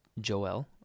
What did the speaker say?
Joel